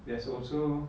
there's also